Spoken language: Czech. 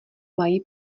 mají